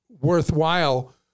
worthwhile